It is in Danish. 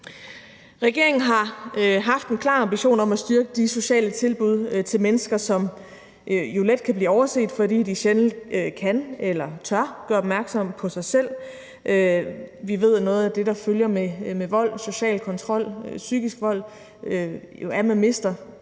Regeringen har haft en klar ambition om at styrke de sociale tilbud til mennesker, som let kan blive overset, fordi de sjældent kan eller tør gøre opmærksom på sig selv. Vi ved, at noget af det, der følger med vold, social kontrol, psykisk vold, er, at man mister